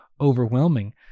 overwhelming